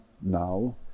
now